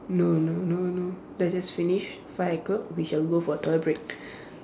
no no no no let's just finish five o-clock we shall go for toilet break